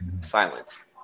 silence